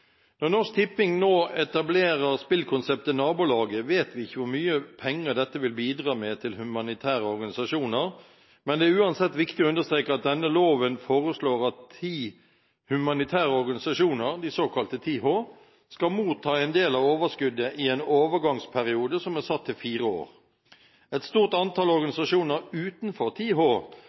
Når Norsk Tipping nå etablerer spillkonseptet Nabolaget, vet vi ikke hvor mye nye penger dette vil bidra med til humanitære organisasjoner, men det er uansett viktig å understreke at denne loven foreslår at ti humanitære organisasjoner, de såkalte 10H, skal motta en del av overskuddet i en overgangsperiode som er satt til fire år. Et stort antall organisasjoner utenfor